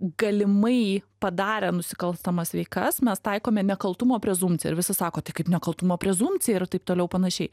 galimai padarę nusikalstamas veikas mes taikome nekaltumo prezumpciją ir visi sako tai kaip nekaltumo prezumpciją ir taip toliau panašiai